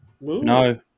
No